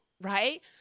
right